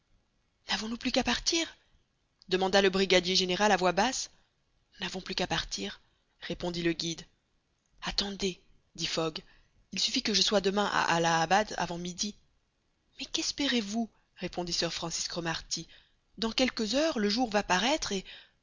n'avons-nous plus qu'à partir demanda le brigadier général à voix basse nous n'avons plus qu'à partir répondit le guide attendez dit fogg il suffit que je sois demain à allahabad avant midi mais qu'espérez-vous répondit sir francis cromarty dans quelques heures le jour va paraître et